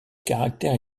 caractères